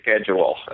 schedule